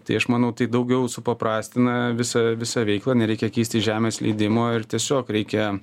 tai aš manau tai daugiau supaprastina visą visą veiklą nereikia keisti žemės leidimo ir tiesiog reikia